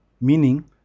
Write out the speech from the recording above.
meaning